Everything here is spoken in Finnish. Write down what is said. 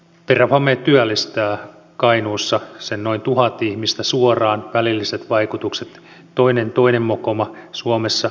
terrafame työllistää kainuussa sen noin tuhat ihmistä suoraan välilliset vaikutukset toinen mokoma suomessa